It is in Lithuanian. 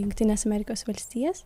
jungtines amerikos valstijas